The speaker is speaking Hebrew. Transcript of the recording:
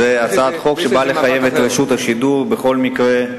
זאת הצעת חוק שבאה לחייב את רשות השידור בכל מקרה.